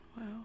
Wow